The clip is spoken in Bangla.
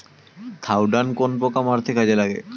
থাওডান কোন পোকা মারতে কাজে লাগে?